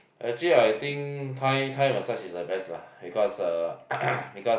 actually I think Thai Thai massage is the best lah because uh because